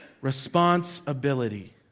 Responsibility